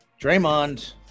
Draymond